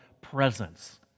presence